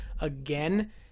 again